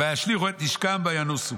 "וישליכו את נשקם וינוסו.